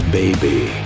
baby